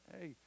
Hey